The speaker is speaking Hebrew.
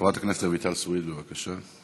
חברת הכנסת רויטל סויד, בבקשה.